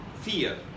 Fear